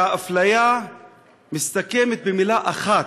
האפליה מסתכמת במילה אחת,